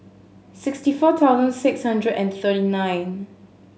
sixty four thousand six hundred and thirty nine